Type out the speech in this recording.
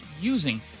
using